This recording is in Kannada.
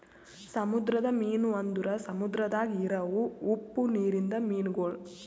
ಸಮುದ್ರದ ಮೀನು ಅಂದುರ್ ಸಮುದ್ರದಾಗ್ ಇರವು ಉಪ್ಪು ನೀರಿಂದ ಮೀನುಗೊಳ್